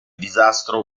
disastro